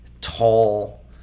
tall